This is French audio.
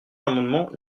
l’amendement